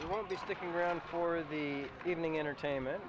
i won't be sticking around for the evening entertainment